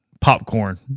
popcorn